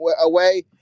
away